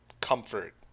comfort